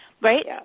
right